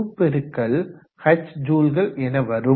81 x Qxh ஜூல்கள் என வரும்